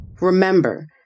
Remember